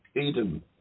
Eden